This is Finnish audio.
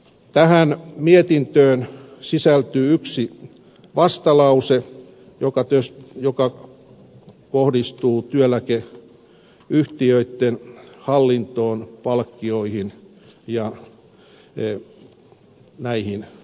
tähän mietintöön sisältyy yksi vastalause joka kohdistuu työeläkeyhtiöitten hallintoon palkkioihin ja näihin säännöksiin